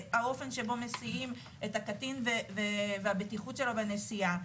האופן שבו מסיעים את הקטין והבטיחות שלו בנסיעה,